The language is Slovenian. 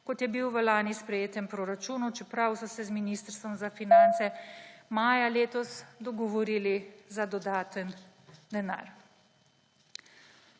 kot je bil v lani sprejetem proračunu, čeprav so se z Ministrstvom za finance maja letos dogovorili za dodaten denar.